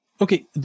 okay